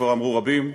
כבר אמרו רבים,